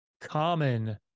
common